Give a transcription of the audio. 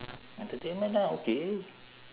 entertainment lah okay